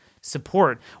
support